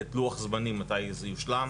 לתת לוח זמנים, מתי זה יושלם.